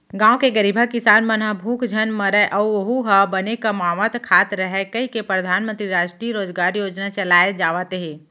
गाँव के गरीबहा किसान मन ह भूख झन मरय अउ ओहूँ ह बने कमावत खात रहय कहिके परधानमंतरी रास्टीय रोजगार योजना चलाए जावत हे